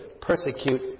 persecute